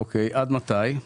אוקי, עד מתי?